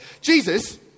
Jesus